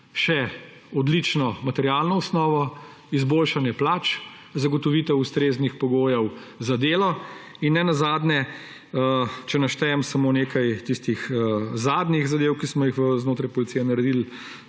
še odlično materialno osnovo, izboljšanje plač, zagotovitev ustreznih pogojev za delo in nenazadnje, če naštejem samo nekaj tistih zadnjih zadev, ki smo jih znotraj policije naredili,